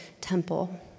temple